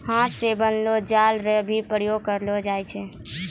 हाथ से बनलो जाल रो भी प्रयोग करलो जाय छै